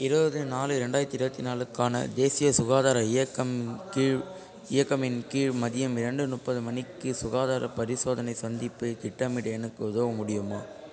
இருபது நாலு ரெண்டாயிரத்தி இருபத்தி நாலுக்கான தேசிய சுகாதார இயக்கம் கீழ் இயக்கமின் கீழ் மதியம் இரண்டு முப்பது மணிக்கு சுகாதாரப் பரிசோதனை சந்திப்பைத் திட்டமிட எனக்கு உதவ முடியுமா